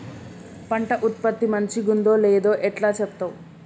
పంట ఉత్పత్తి మంచిగుందో లేదో ఎట్లా చెప్తవ్?